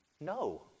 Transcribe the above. no